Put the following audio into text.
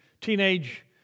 teenage